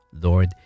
Lord